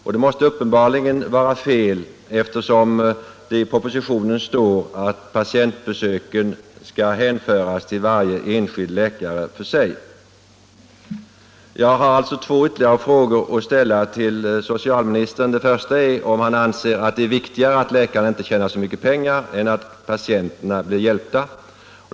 Detta måste uppenbarligen vara fel, eftersom det i propositionen står att patientbesöken skall räknas för varje enskild läkare. Jag har ytterligare två frågor att ställa till socialministern. Den första är om han anser att det är viktigare att läkaren inte tjänar så mycket pengar än att patienterna blir hjälpta.